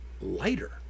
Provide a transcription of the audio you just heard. lighter